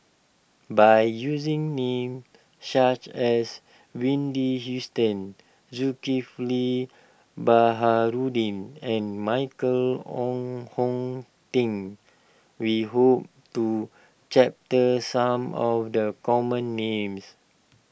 by using names such as Wendy Hustton Zulkifli Baharudin and Michael Wong Hong Teng we hope to chapter some of the common names